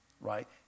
right